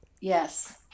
Yes